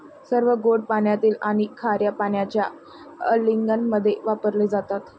सर्व गोड पाण्यातील आणि खार्या पाण्याच्या अँलिंगमध्ये वापरले जातात